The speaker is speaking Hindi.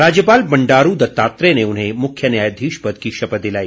राज्यपाल बंडारू दत्तात्रेय ने उन्हें मुख्य न्यायाधीश पद की शपथ दिलाई